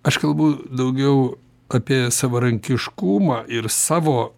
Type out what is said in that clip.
aš kalbu daugiau apie savarankiškumą ir savo